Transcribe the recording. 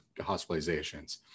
hospitalizations